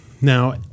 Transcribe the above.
Now